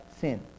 sin